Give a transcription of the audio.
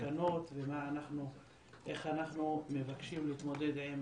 מסקנות ואיך אנחנו מבקשים להתמודד עם